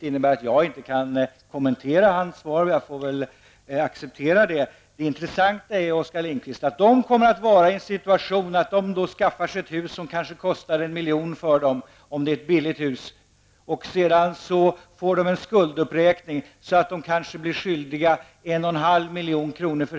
Det innebär att jag inte har någon ytterligare replik för att kunna kommentera hans svar, och det får jag acceptera. Det intressanta, Oskar Lindkvist, att detta par hamnar i en situation att man efter att ha skaffat sig ett hus för ca 1 miljon kronor, får en skulduppräkning så att man kanske blir skyldig 1,5 milj.kr.